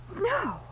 No